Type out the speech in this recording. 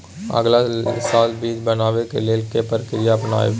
अगला साल बीज बनाबै के लेल के प्रक्रिया अपनाबय?